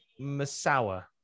Masawa